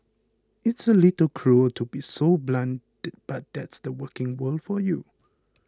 it's a little cruel to be so blunt but that's the working world for you